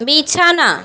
বিছানা